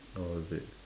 how was it